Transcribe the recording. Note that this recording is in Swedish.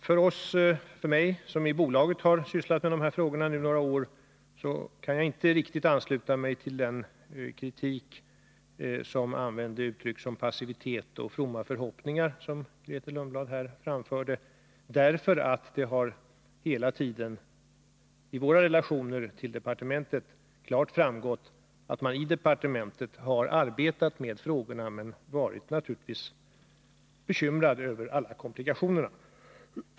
Jag som i bolaget under några år har sysslat med dessa frågor kan inte riktigt ansluta mig till de kritiker som använder uttryck som passivitet och fromma förhoppningar — Grethe Lundblad gjorde detta i sitt anförande. Av våra relationer till departementet har det hela tiden klart framgått att man i departementet har arbetat med frågorna men naturligtvis varit bekymrad över alla komplikationer.